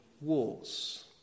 wars